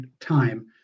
time